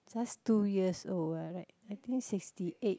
just two years old ah like I think sixty eight